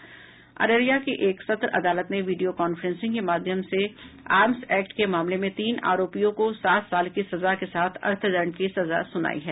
अररिया की एक सत्र अदालत ने वीडियो कॉफ्रेंसिंग के माध्यम से आर्म्स एक्ट के मामले में तीन आरोपियों को सात साल की सजा के साथ अर्थदंड की सजा सुनायी है